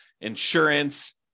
insurance